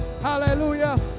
Hallelujah